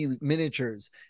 miniatures